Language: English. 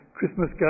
Christmas